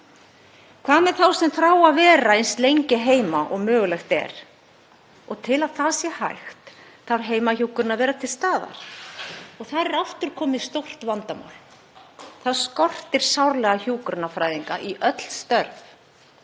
Hvað með þá sem þrá að vera eins lengi heima og mögulegt er? Til að það sé hægt þarf heimahjúkrunin að vera til staðar og þar er aftur komið stórt vandamál. Það skortir sárlega hjúkrunarfræðinga í öll störf.